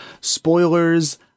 Spoilers